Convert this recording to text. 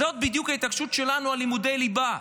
זאת בדיוק ההתעקשות שלנו על לימודי ליבה,